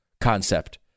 concept